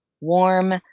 warm